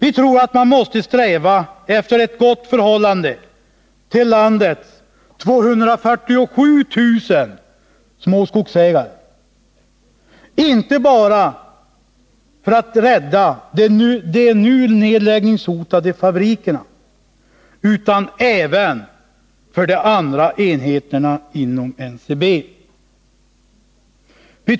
Vi tror att man måste sträva efter ett gott förhållande till landets 247 000 småskogsägare, inte bara för att rädda de nu nedläggningshotade fabrikerna utan även för de andra enheterna inom NCB.